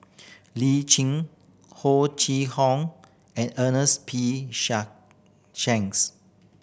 Lee Tjin Ho Chee Kong and Ernest P Shank Shanks